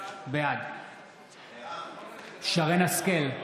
בעד שרן מרים השכל,